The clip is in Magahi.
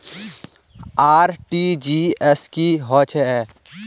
आर.टी.जी.एस की होचए?